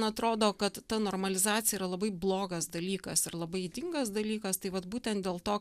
atrodo kad ta normalizacija yra labai blogas dalykas ir labai ydingas dalykas tai vat būtent dėl to